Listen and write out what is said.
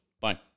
Bye